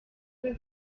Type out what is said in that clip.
fit